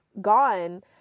gone